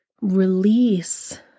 release